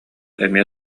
эмиэ